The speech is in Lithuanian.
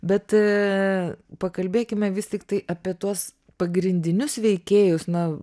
bet pakalbėkime vis tiktai apie tuos pagrindinius veikėjus na